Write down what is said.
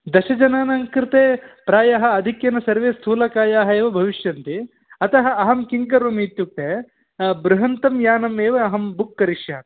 दशजनानाङ्कृते प्रायः आधिक्येन सर्वे स्थूलकायाः एव भविष्यन्ति अतः अहं किं करोमि इत्युक्ते बृहद्यानम् एव अहं बुक् करिष्यामि